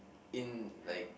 in like